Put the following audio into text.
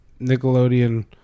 Nickelodeon